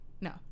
no